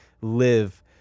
live